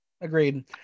Agreed